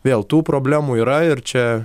vėl tų problemų yra ir čia